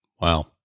Wow